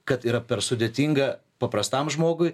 kad yra per sudėtinga paprastam žmogui